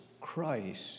Christ